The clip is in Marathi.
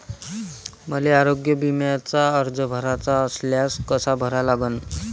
मले आरोग्य बिम्याचा अर्ज भराचा असल्यास कसा भरा लागन?